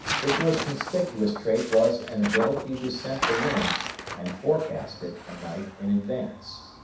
his most conspicuous trait was an ability to scent the wind and forecast it a night in advance.